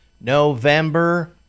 November